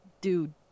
dude